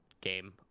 game